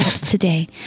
today